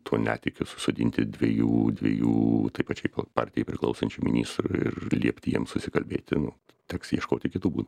tuo netikiu susodinti dviejų dviejų tai pačiai partijai priklausančių ministrų ir liepti jiems susikalbėti nu teks ieškoti kitų būd